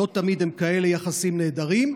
לא תמיד הם כאלה יחסים נהדרים,